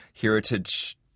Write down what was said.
heritage